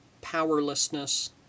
powerlessness